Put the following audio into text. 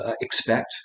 expect